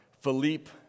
Philippe